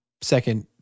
second